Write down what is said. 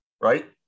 right